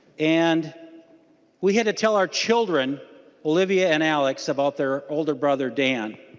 and we had to tell our children olivia and alex about their older brother dan.